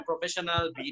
professional